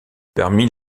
parmi